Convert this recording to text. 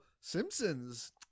Simpsons